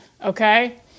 okay